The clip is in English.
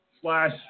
slash